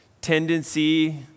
tendency